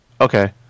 okay